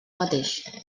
mateix